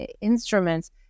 instruments